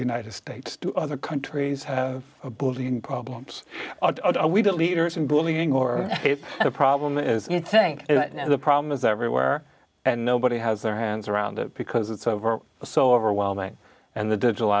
united states to other countries bullying problems we don't leaders in bullying or the problem is you think the problem is everywhere and nobody has their hands around it because it's over so overwhelming and the digital